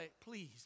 please